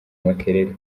makerere